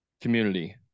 community